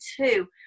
two